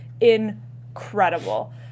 incredible